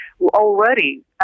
Already